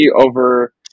over